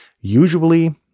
Usually